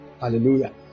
Hallelujah